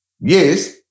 Yes